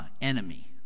enemy